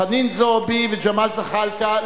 חנין זועבי וג'מאל זחאלקה.